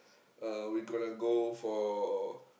uh we gonna for